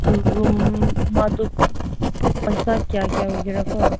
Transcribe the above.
room ꯑꯃꯗꯣ ꯄꯩꯁꯥ ꯀꯌꯥ ꯀꯌꯥ ꯑꯣꯏꯒꯦꯔꯥꯀꯣ